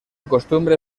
costumbre